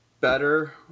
better